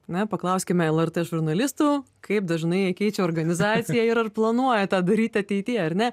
na paklauskime lrt žurnalistų kaip dažnai keičia organizaciją ir ar planuoja tą daryt ateity ar ne